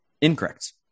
Incorrect